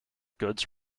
goods